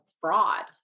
fraud